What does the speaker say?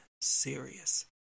serious